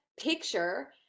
picture